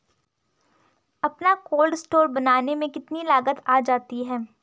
अपना cold store बनाने में कितनी लागत आ जाती है?